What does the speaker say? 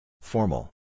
Formal